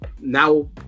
now